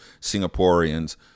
Singaporeans